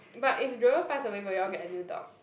but if Jerome pass away will you all get a new dog